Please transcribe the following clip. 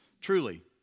truly